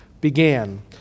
began